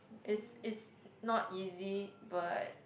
is is not easy but